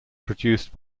produced